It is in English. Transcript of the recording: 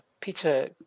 Peter